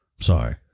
Sorry